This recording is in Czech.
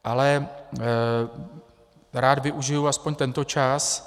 Ale rád využiji aspoň tento čas.